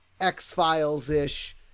X-Files-ish